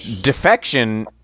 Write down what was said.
defection